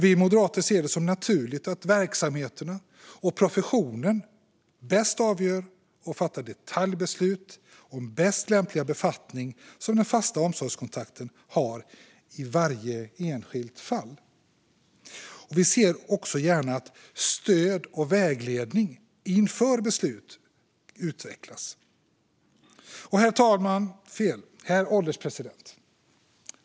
Vi moderater ser det som naturligt att verksamheterna och professionen bäst avgör detta och fattar detaljbeslut om den mest lämpliga befattningen för den fasta omsorgskontakten i varje enskilt fall. Vi ser också gärna att stöd och vägledning inför beslut utvecklas. Herr ålderspresident!